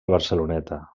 barceloneta